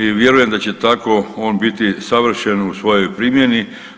I vjerujem da će tako on biti savršen u svojoj primjeni.